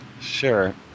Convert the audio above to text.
sure